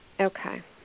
Okay